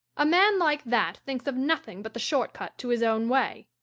a man like that thinks of nothing but the short cut to his own way.